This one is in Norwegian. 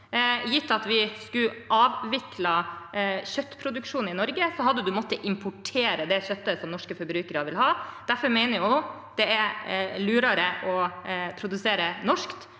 Gitt at en skulle avvikle kjøttproduksjonen i Norge, måtte en importert det kjøttet som norske forbrukere vil ha. Derfor mener jeg det er lurere å produsere norsk